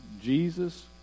jesus